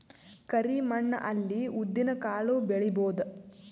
ಕರಿ ಮಣ್ಣ ಅಲ್ಲಿ ಉದ್ದಿನ್ ಕಾಳು ಬೆಳಿಬೋದ?